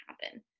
happen